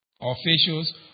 Officials